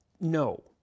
no